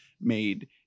made